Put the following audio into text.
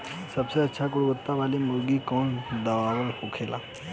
सबसे अच्छा गुणवत्ता वाला मुर्गी के कौन दाना होखेला?